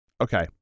Okay